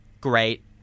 great